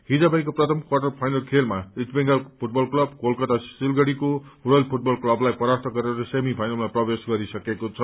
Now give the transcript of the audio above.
हिज भएको प्रथम quarter final खेलमा East Bengal Football Club Kolkata सिलगढ़ीको रोयल फूटबल क्लबलाई परास्त गरेर सेमी फाइनलमा प्रवेश गरिसकेको छ